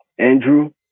Andrew